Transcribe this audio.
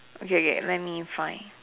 okay okay let me find